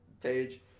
page